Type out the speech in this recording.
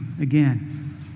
again